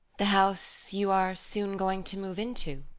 the house you are soon going to move into?